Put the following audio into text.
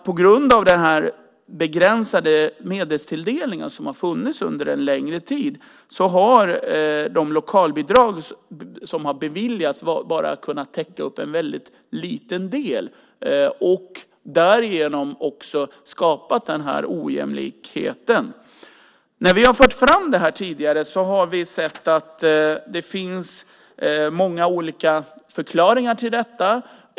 På grund av den begränsade medelstilldelningen som har varit under en längre tid har de lokalbidrag som har beviljats bara kunnat täcka en väldigt liten del och därigenom skapat den här ojämlikheten. När vi har fört fram det här tidigare har vi hört att det finns många olika förklaringar till detta.